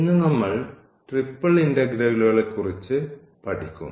ഇന്ന് നമ്മൾ ട്രിപ്പിൾ ഇന്റഗ്രലുകളെക്കുറിച്ച് പഠിക്കും